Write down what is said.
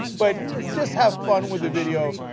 but just have fun with the video.